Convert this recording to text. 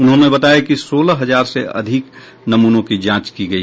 उन्होंने बताया कि कल सोलह हजार से अधिक नमूनों की जांच की गई